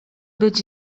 być